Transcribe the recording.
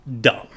dumb